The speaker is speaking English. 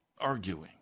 arguing